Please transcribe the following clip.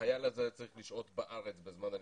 שהחייל הזה צריך לשהות בארץ בזמן הלימודים.